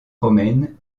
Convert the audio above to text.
romaine